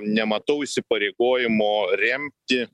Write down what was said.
nematau įsipareigojimo remti